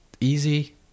easy